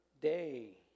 day